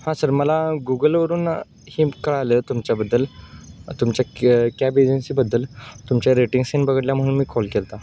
हां सर मला गुगलवरून हे कळलं तुमच्याबद्दल तुमच्या कॅ कॅब एजन्सीबद्दल तुमच्या रेटिंग्स इन बघितल्या म्हणून मी कॉल केला होता